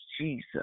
Jesus